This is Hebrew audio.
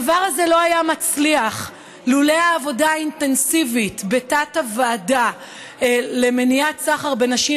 הדבר הזה לא היה מצליח לולא העבודה האינטנסיבית בתת-ועדה למניעת סחר בנשים